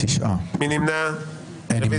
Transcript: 9 נמנעים, אין לא אושרה.